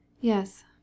Yes